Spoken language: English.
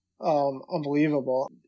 Unbelievable